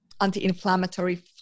anti-inflammatory